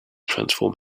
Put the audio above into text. transform